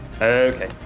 Okay